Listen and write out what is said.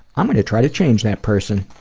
i'm gonna try to change that person!